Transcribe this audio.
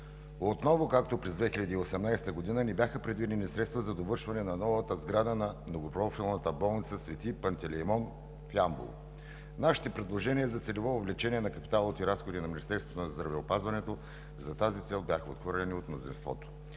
отново, както през 2018 г., не бяха предвидени средства за довършване на новата сграда на Многопрофилната болница „Св. Пантелеймон“ в Ямбол. Нашите предложения за целево увеличение на капиталовите разходи на Министерството на здравеопазването за тази цел бяха отхвърлени от мнозинството.